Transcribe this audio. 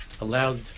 allowed